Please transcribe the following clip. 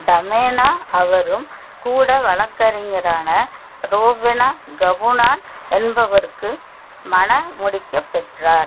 டமேனா அவரும் கூட வலக்கறிஞரான ரோவெனா கபுனான் என்பவருக்கு மணமுடிக்கபெற்றார்